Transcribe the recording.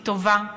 היא טובה,